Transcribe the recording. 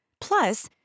Plus